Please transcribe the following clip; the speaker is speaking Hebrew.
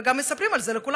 הם גם מספרים על זה לכולם.